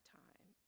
time